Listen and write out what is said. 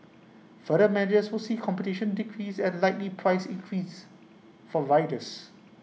further mergers will see competition decrease and likely price increases for riders